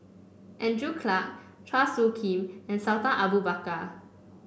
Andrew Clarke Chua Soo Khim and Sultan Abu Bakar